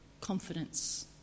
confidence